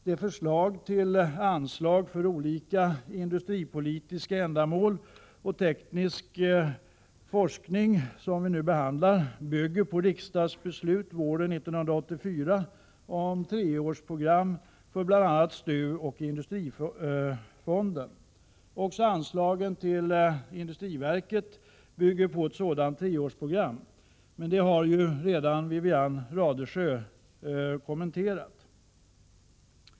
De förslag till anslag för olika industripolitiska ändamål och teknisk forskning som vi nu behandlar bygger på riksdagsbeslut våren 1984 om treårsprogram för bl.a. STU och Industrifonden. Även anslagen till industriverket bygger på ett sådant treårsprogram, men detta har ju Wivi-Anne Radesjö kommenterat.